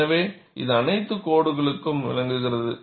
எனவே இது அனைத்து கோடுகளுக்கும் விளக்குகிறது